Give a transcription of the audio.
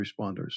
responders